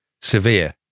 severe